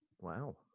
Wow